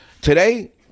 Today